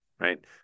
Right